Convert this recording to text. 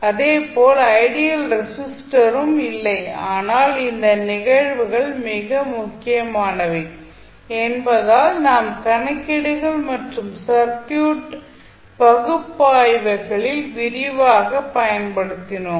அதேபோல் ஐடியல் ரெசிஸ்டரும் இல்லை ஆனால் இந்த நிகழ்வுகள் மிக முக்கியமானவை என்பதால் நம் கணக்கீடுகள் மற்றும் சர்க்யூட் பகுப்பாய்வுகளில் விரிவாகப் பயன்படுத்தினோம்